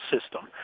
system